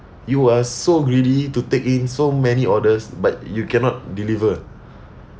you are so greedy to take in so many orders but you cannot deliver